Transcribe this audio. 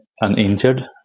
uninjured